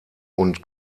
und